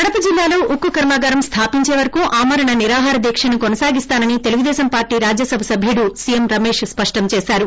కడప జిల్లాలో ఉక్కు కర్మాగారం స్లాపించేవరకూ ఆమరణనిరాహార దీక్షను కొనసాగిస్తానని తెలుగుదేశం పార్టీ రాజ్యసభ సభ్యుడు సీఎం రమేష్ స్పష్టం చేశారు